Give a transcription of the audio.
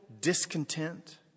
discontent